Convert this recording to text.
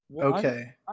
Okay